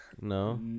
No